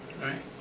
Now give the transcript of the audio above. Right